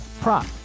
prop